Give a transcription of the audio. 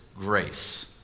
grace